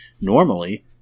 normally